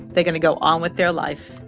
they're going to go on with their life.